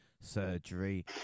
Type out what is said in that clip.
Surgery